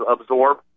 absorb